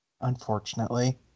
unfortunately